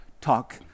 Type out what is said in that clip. talk